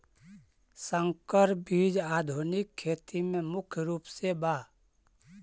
संकर बीज आधुनिक खेती में मुख्य रूप से बा